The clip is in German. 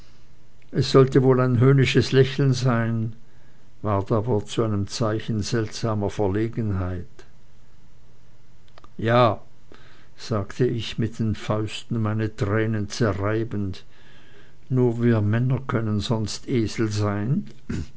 es sollte wohl ein höhnisches lächeln sein ward aber zu einem zeichen seltsamer verlegenheit ja sagte ich mit den fäusten meine tränen zerreibend nur wir männer können sonst esel sein